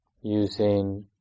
using